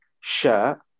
shirt